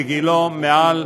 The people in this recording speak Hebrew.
וגילו מעל